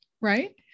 right